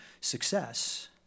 success